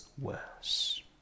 worse